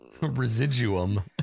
Residuum